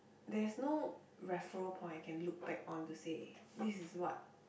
there's no referral point I can look back on to say this is what